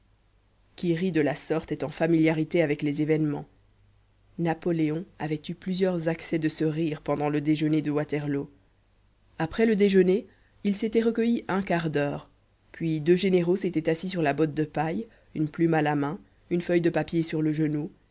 qui rit de la sorte est en familiarité avec les événements napoléon avait eu plusieurs accès de ce rire pendant le déjeuner de waterloo après le déjeuner il s'était recueilli un quart d'heure puis deux généraux s'étaient assis sur la botte de paille une plume à la main une feuille de papier sur le genou